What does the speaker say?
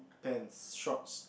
pants shorts